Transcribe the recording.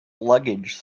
luggage